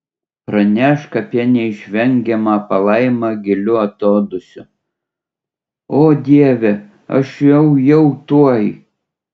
pranešk apie neišvengiamą palaimą giliu atodūsiu o dieve aš jau jau tuoj